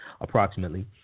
approximately